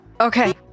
Okay